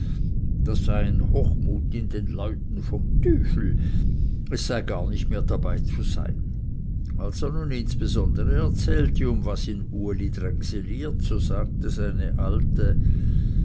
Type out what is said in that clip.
das sei ein hochmut in den leuten vom tüfel es sei gar nicht mehr dabeizusein als er nun insbesondere erzählte um was ihn uli drängseliert so sagte seine alte